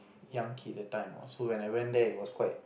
young kid that time ah so when I went there it was quite